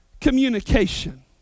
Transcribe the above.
communication